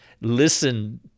Listen